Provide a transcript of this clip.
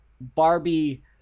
Barbie